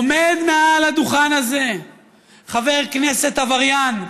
עומד מעל לדוכן הזה חבר כנסת עבריין,